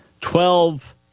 Twelve